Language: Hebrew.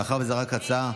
מאחר שזו רק הצעה.